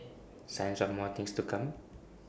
signs of more things to come